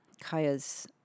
Kaya's